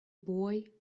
boy